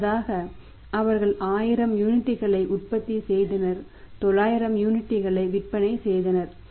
முன்னதாக அவர்கள் 1000 யூனிட்களை உற்பத்தி செய்தனர் 900 யூனிட்டுகளை விற்பனை செய்தனர்